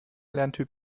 lerntyp